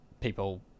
people